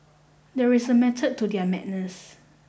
there is a method to their madness